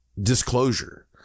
disclosure